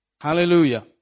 Hallelujah